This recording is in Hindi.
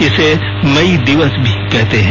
इसे मई दिवस भी कहते हैं